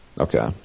Okay